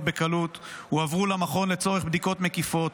בקלות הועברו למכון לצורך בדיקות מקיפות,